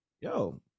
yo